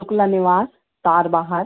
Shukla Niwas Tarbahar